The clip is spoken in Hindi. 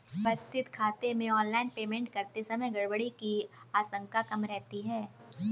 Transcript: व्यवस्थित खाते से ऑनलाइन पेमेंट करते समय गड़बड़ी की आशंका कम रहती है